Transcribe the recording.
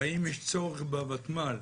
האם יש צורך בוותמ"ל?